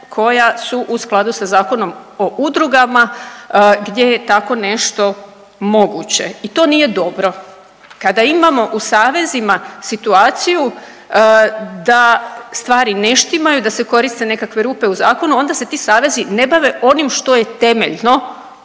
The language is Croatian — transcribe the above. koja su u skladu sa Zakonom o udrugama gdje je tako nešto moguće i to nije dobro. Kada imamo u savezima situaciju da stvari ne štimaju, da se koriste nekakve rupe u zakonu onda se ti savezi ne bave onim što je temeljno,